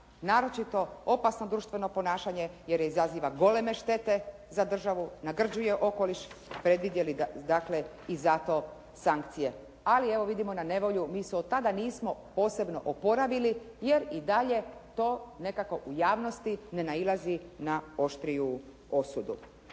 naročito opasno društveno ponašanje jer izaziva goleme štete za državu, nagrđuje okoliš i predvidjeli dakle i za to sankcije. Ali evo vidimo na nevolju mi se od tada nismo posebno oporavili jer i dalje to nekako u javnosti ne nailazi na oštriju osudu.